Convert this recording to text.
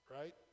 right